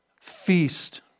feast